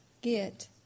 get